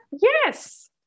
Yes